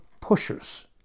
pushers